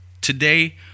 Today